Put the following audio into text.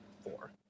Four